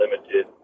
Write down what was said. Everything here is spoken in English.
limited